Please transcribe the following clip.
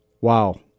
Wow